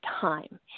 time